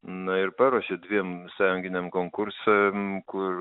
na ir paruošė dviem sąjunginiam konkursam kur